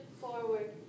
forward